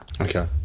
Okay